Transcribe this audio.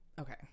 okay